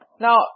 Now